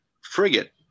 frigate